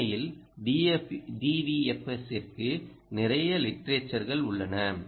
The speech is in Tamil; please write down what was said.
உண்மையில் DVFS ற்கு நிறைய லிடரேச்சர்கள் உள்ளன